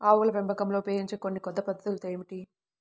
ఆవుల పెంపకంలో ఉపయోగించే కొన్ని కొత్త పద్ధతులు ఏమిటీ?